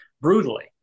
brutally